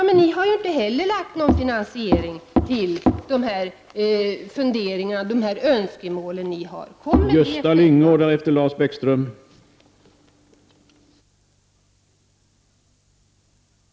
Men ni har inte heller framlagt någon finansiering till — Prot. 1989/90:140 dessa funderingar och önskemål ni har ———. 13 juni 1990 Här avbröts talaren med klubbslag av talmannen, då den för anförandet